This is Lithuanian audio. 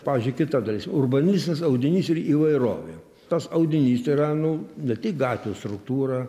pavyzdžiui kita dalis urbanistinis audinys ir įvairovė tas audinys tai yra nu ne tik gatvių struktūra